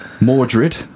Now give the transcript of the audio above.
Mordred